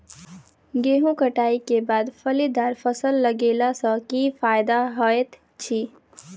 गेंहूँ कटाई केँ बाद फलीदार फसल लगेला सँ की फायदा हएत अछि?